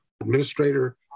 administrator